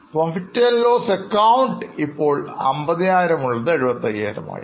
Profit loss ac ഇപ്പോൾ 50000 ഉള്ളത് 75000 ആയി ഉയരുന്നു